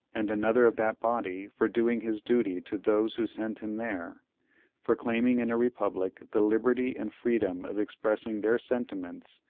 and another of that body, for doing his duty to those who sent him there for claiming in a republic the liberty and freedom of expressing their sentiments,